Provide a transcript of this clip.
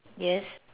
yes